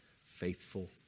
faithful